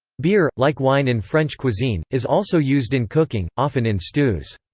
beer, like wine in french cuisine, is also used in cooking often in stews.